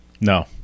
No